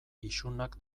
isunak